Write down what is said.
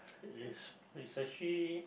is is actually